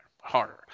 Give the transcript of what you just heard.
Harder